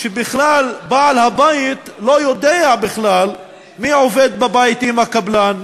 שבכלל בעל-הבית לא יודע מי עובד בבית עם הקבלן,